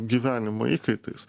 gyvenimo įkaitais